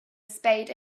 spade